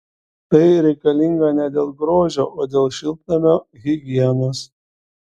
tai reikalinga ne dėl grožio o dėl šiltnamio higienos